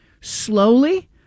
slowly